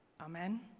Amen